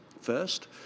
first